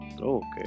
Okay